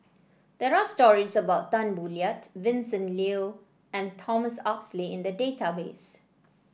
there are stories about Tan Boo Liat Vincent Leow and Thomas Oxley in the database